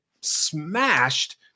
smashed